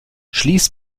schließ